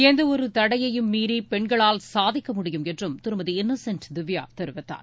எந்தவொரு தடையையும் மீறி பெண்களால் சாதிக்க முடியும் என்றும் திருமதி இன்னசென்ட் திவ்யா தெரிவித்தார்